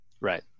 Right